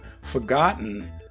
forgotten